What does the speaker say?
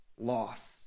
loss